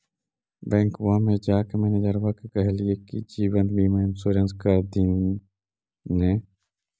बैंकवा मे जाके मैनेजरवा के कहलिऐ कि जिवनबिमा इंश्योरेंस कर दिन ने?